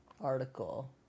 article